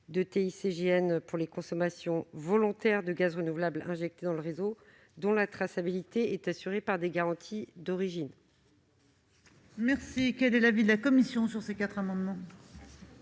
la TICGN pour les consommations volontaires de gaz renouvelable injecté dans les réseaux, dont la traçabilité est assurée par les garanties d'origine.